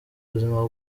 buzima